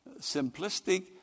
simplistic